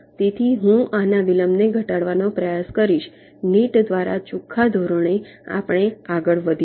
તેથી હું આના વિલંબને ઘટાડવાનો પ્રયાસ કરીશ નેટ દ્વારા ચોખ્ખા ધોરણે આપણે આગળ વધીશું